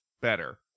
better